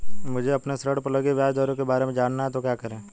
मुझे अपने ऋण पर लगी ब्याज दरों के बारे में जानना है तो क्या करें?